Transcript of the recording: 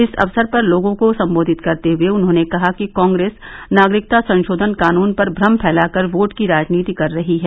इस अवसर पर लोगों को सम्बोधित करते हये उन्होंने कहा कि कांग्रेस नागरिकता संशोधन कानून पर भ्रम फैलाकर वोट की राजनीति कर रही है